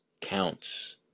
counts